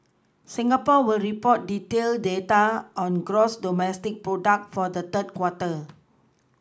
Singapore will report detailed data on gross domestic product for the third quarter